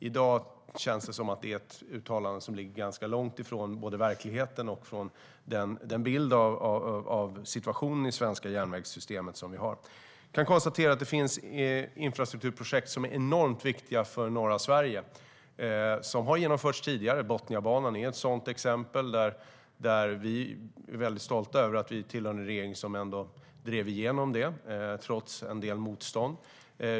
I dag känns det som ett uttalande som ligger ganska långt ifrån både verkligheten och den bild vi har av situationen i det svenska järnvägssystemet. Jag kan konstatera att det finns infrastrukturprojekt som är enormt viktiga för norra Sverige och som har genomförts tidigare. Botniabanan är ett sådant exempel. Vi är väldigt stolta över att vi tillhörde en regering som drev igenom den trots en del motstånd.